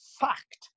fact